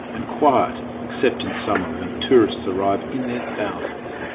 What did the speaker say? and quiet, except in summer when tourists arrive in their thousands.